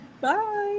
Bye